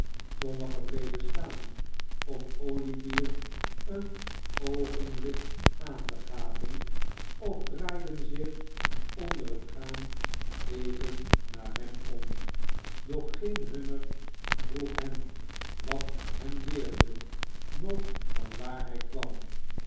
sommigen bleven staan om olivier een oogenblik aan te gapen of draaiden zich onder het gaan even naar hem om doch geen hunner vroeg hem wat hem deerde noch van waar hij kwam